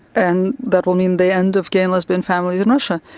and that will mean the end of gay and lesbian families in russia.